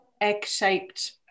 egg-shaped